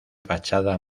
fachada